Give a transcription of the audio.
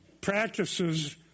practices